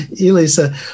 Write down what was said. Elisa